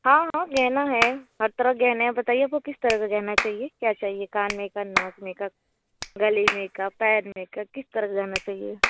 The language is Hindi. हाँ हाँ गहना है हर तरह के गहने हैं बताइए आपको किस तरह का गहना चाहिए क्या चाहिए कान में का नाक में का गले में का पैर में का किस तरह का गहना चाहिए